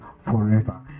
forever